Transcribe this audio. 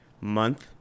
month